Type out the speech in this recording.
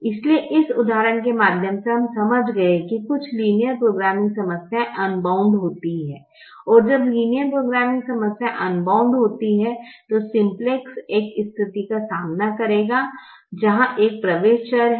इसलिए इस उदाहरण के माध्यम से हम समझ गए हैं कुछ लीनियर प्रोग्रामिंग समस्याएं अनबाउंड होती हैं और जब लीनियर प्रोग्रामिंग समस्या अनबाउंड होती है सिम्प्लेक्स एक स्थिति का सामना करेगा जहां एक प्रवेश चर है